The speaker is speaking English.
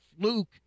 fluke